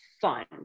fun